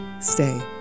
Stay